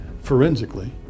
forensically